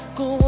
go